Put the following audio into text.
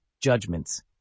judgments